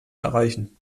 erreichen